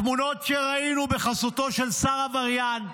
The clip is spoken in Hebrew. התמונות שראינו בחסותו של שר עבריין,